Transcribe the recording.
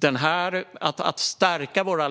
Detta att stärka våra